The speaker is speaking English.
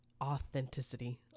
Authenticity